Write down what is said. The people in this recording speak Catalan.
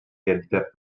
identitat